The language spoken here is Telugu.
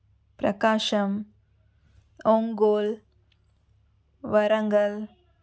ప్రకాశం ఒంగోల్ వరంగల్